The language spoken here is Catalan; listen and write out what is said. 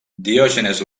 diògenes